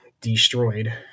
destroyed